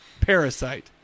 Parasite